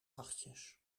achtjes